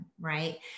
right